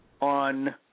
on